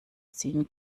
ziehen